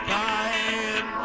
time